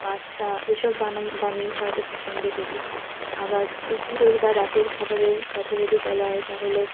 pasta এ সব বানাই বানিয়ে খাওয়াতে পছন্দ করি আবার দুপুরের বা রাতের খাবারের কথা যদি বলা হয় তাহলে